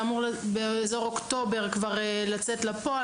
זה אמור באזור אוקטובר כבר לצאת לפועל.